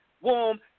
warm